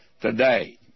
today